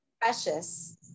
precious